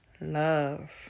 love